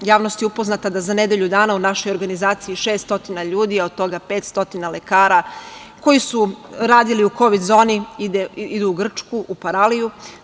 Javnost je upoznata da za nedelju dana u našoj organizaciji 600 ljudi, a od toga 500 lekara koji su radili u kovid zoni, idu u Grčku, u Paraliju.